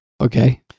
okay